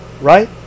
Right